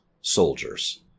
soldiers